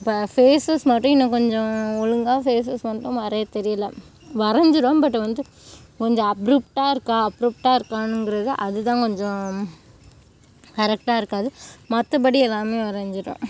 இப்போ ஃபேஸஸ் மட்டும் இன்னும் கொஞ்சம் ஒழுங்காக ஃபேஸஸ் மட்டும் வரைய தெரியல வரைஞ்சிருவேன் பட் வந்து கொஞ்சம் அப்ருப்ட்டாக இருக்கா அப்ருப்ட்டாக இருக்காங்கிறது அதுதான் கொஞ்சம் கரெட்டாக இருக்காது மற்றபடி எல்லாமே வரைஞ்சிருவேன்